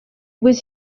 was